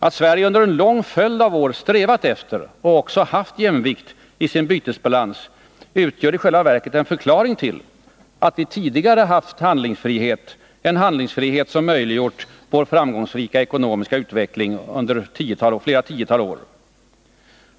Att Sverige under en lång följd av år strävat efter och också haft jämvikt i sin bytesbalans utgör i sj förklaring till att vi tidigare haft handlingsfrihet. en handlingsfrihet som möjliggjort vår framgångsrika ekonomiska utveckling under flera tiotal år.